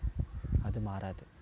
அது மாறாது